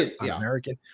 american